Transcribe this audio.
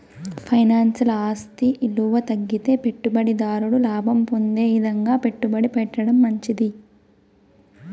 ఫైనాన్స్ల ఆస్తి ఇలువ తగ్గితే పెట్టుబడి దారుడు లాభం పొందే ఇదంగా పెట్టుబడి పెట్టడం మంచిది